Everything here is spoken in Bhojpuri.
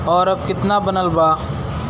और अब कितना बनल बा?